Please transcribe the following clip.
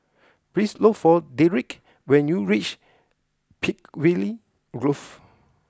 please look for Derik when you reach Peakville Grove